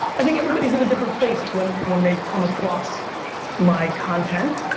i think everybody's in a different place when when they come across my content.